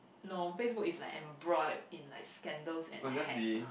no Facebook is like embroiled in like scandals and hacks lah